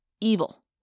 Evil